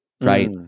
right